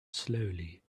slowly